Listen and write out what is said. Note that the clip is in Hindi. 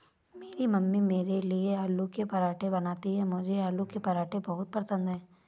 मेरी मम्मी मेरे लिए आलू के पराठे बनाती हैं मुझे आलू के पराठे बहुत पसंद है